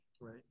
Right